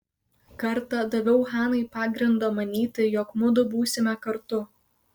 kartą daviau hanai pagrindo manyti jog mudu būsime kartu